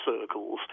circles